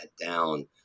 down